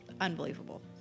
unbelievable